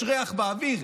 יש ריח באוויר,